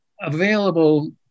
available